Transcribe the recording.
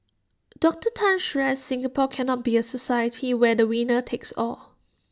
Doctor Tan stressed Singapore cannot be A society where the winner takes all